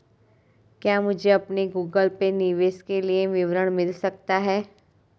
क्या मुझे अपने गूगल पे निवेश के लिए विवरण मिल सकता है?